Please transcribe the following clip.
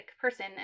person